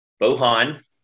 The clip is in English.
Bohan